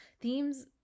themes